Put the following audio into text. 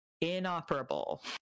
inoperable